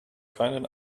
keinen